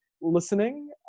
listening